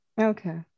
Okay